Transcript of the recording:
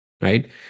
right